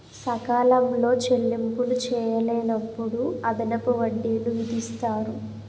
సకాలంలో చెల్లింపులు చేయలేనప్పుడు అదనపు వడ్డీలు విధిస్తారు